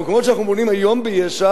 במקומות שאנחנו בונים היום ביש"ע,